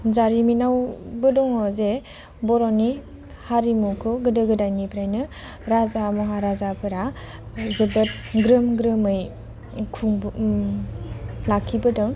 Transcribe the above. जारिमिनावबो दङ जे बर'नि हारिमुखौ गोदो गोदायनिफ्रायनो राजा महाराजाफोरा जोबोद ग्रोम ग्रोमै खुंबो लाखिबोदों